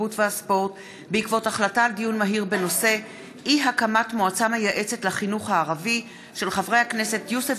התרבות והספורט בעקבות דיון מהיר בהצעתם של חברי הכנסת יוסף